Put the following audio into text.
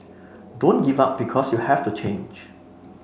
don't give up because you have to change